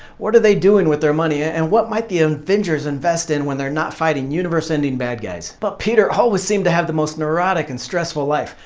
what are they doing with their money ah and what might the avengers invest in when they're not fighting universe-ending bad guys? but peter always seemed to have the most neurotic and stressful life.